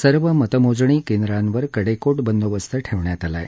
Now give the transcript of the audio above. सर्व मतमोजणी केंद्रांवर कडेकोट बंदोबस्त ठेवण्यात आला आहे